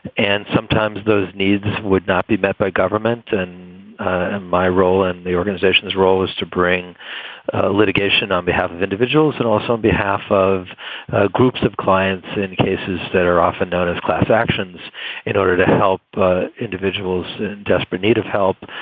and sometimes those needs would not be met by government. and my role and the organization's role is to bring litigation on behalf of individuals and also on behalf of ah groups of clients in in cases that are often known as class actions in order to help but individuals in desperate need of help,